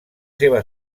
seva